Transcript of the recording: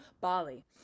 Bali